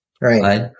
right